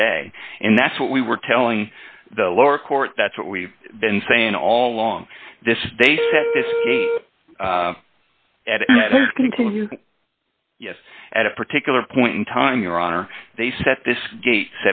today and that's what we were telling the lower court that's what we've been saying all along this is they continue at a particular point in time your honor they set this gate